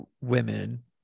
women